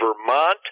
Vermont